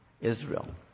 Israel